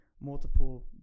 multiple